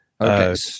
Okay